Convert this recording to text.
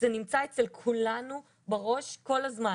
זה נמצא אצל כולנו בראש כל הזמן